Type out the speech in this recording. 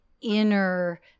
inner